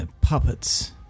puppets